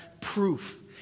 proof